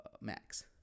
max